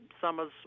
summers